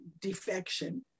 defection